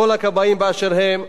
כל הכבאים באשר הם,